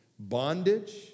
bondage